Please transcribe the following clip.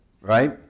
Right